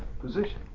position